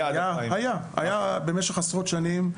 היה במשך עשרות שנים,